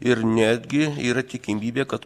ir netgi yra tikimybė kad